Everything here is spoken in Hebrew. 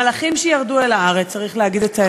מלאכים שירדו לארץ, צריך להגיד את האמת.